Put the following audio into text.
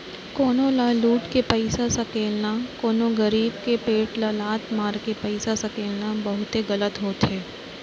कोनो ल लुट के पइसा सकेलना, कोनो गरीब के पेट ल लात मारके पइसा सकेलना बहुते गलत होथे